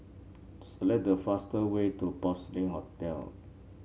select the fastest way to Porcelain Hotel